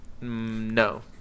No